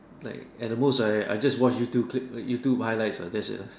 like at the most I I just watch YouTube clips YouTube via live that's it ah